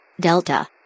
Delta